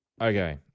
Okay